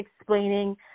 explaining